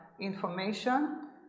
information